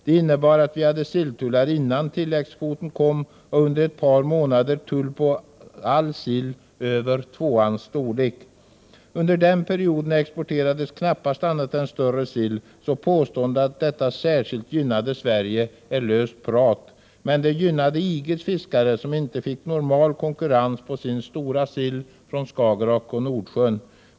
Det innebar att vi hade silltullar innan tilläggskvoten kom och under ett par månader tull på all sill över tvåans storlek. Under den perioden exporterades knappast annat än större sill, så påståendet att detta särskilt gynnade Sverige är löst prat. Men det gynnade EG:s fiskare, som inte fick normal konkurrens på sin stora sill från Skagerrak och Nordsjön.